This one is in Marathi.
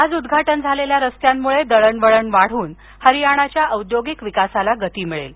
आज उद्घाटन झालेल्या रस्त्यांमुळे दळणवळण वाढून हरियाणाच्या औद्योगिक विकासाला गती मिळेल